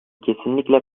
kesinlikle